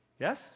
Yes